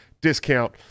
discount